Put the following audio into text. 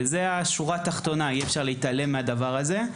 זו היא השורה התחתונה ואי אפשר להתעלם מהדבר הזה,